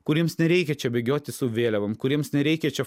kuriems nereikia čia bėgioti su vėliavom kuriems nereikia čia